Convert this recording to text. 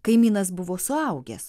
kaimynas buvo suaugęs